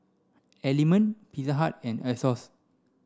Element Pizza Hut and Asos